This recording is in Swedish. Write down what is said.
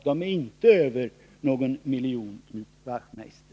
De är inte över en miljon, Knut Wachtmeister.